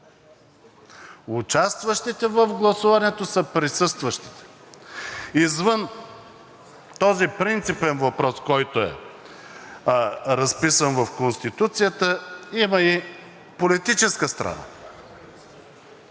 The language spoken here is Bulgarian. Участващите в гласуването са присъстващите. Извън този принципен въпрос, който е разписан в Конституцията, има и политическа страна.